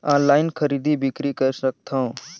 Online खरीदी बिक्री कर सकथव?